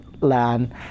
land